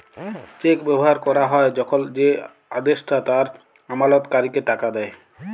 check ব্যবহার ক্যরা হ্যয় যখল যে আদেষ্টা তার আমালতকারীকে টাকা দেয়